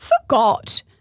forgot